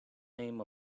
name